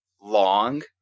long